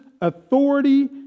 authority